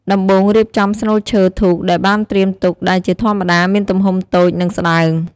ដំបូងរៀបចំស្នូលឈើធូបដែលបានត្រៀមទុកដែលជាធម្មតាមានទំហំតូច និងស្តើង។